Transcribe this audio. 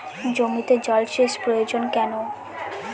জমিতে জল সেচ প্রয়োজন কেন?